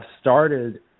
started